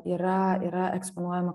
yra yra eksponuojama